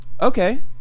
Okay